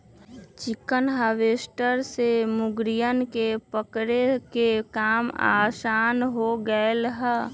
chicken harvester से मुर्गियन के पकड़े के काम आसान हो गैले है